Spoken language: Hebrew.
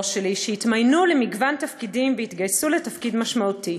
שלי שהתמיינו למגוון תפקידים והתגייסו לתפקיד משמעותי.